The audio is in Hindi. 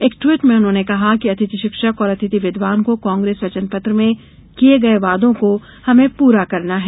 एक ट्वीट में उन्होंने कहा कि अतिथि शिक्षक और अतिथि विद्वान को कांग्रेस वचन पत्र में दिए गये वादों को हमें पूरा करना है